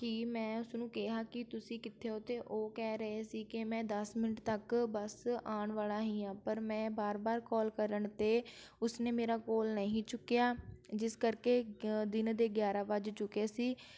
ਕਿ ਮੈਂ ਉਸਨੂੰ ਕਿਹਾ ਕਿ ਤੁਸੀਂ ਕਿੱਥੇ ਹੋ ਅਤੇ ਉਹ ਕਹਿ ਰਹੇ ਸੀ ਕਿ ਮੈਂ ਦਸ ਮਿੰਟ ਤੱਕ ਬਸ ਆਉਣ ਵਾਲਾ ਹੀ ਹਾਂ ਪਰ ਮੈਂ ਵਾਰ ਵਾਰ ਕੋਲ ਕਰਨ 'ਤੇ ਉਸਨੇ ਮੇਰਾ ਕੋਲ ਨਹੀਂ ਚੁੱਕਿਆ ਜਿਸ ਕਰਕੇ ਦਿਨ ਦੇ ਗਿਆਰਾਂ ਵੱਜ ਚੁੱਕੇ ਸੀ